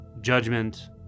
judgment